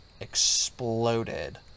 exploded